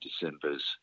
December's